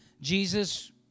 Jesus